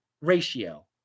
ratio